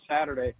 Saturday